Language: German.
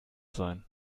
sein